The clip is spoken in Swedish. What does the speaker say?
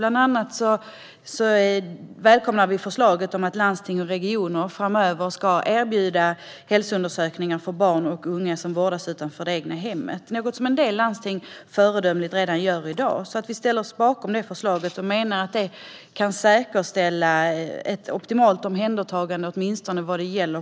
Bland annat välkomnar vi förslaget att landsting och regioner framöver ska erbjuda hälsoundersökningar för barn och unga som vårdas utanför det egna hemmet, något som en del landsting föredömligt nog redan gör i dag. Vi ställer oss alltså bakom det förslaget och menar att det kan säkerställa ett optimalt omhändertagande åtminstone vad gäller sjukhusbehov.